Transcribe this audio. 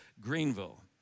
Greenville